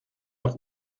auch